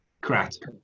Correct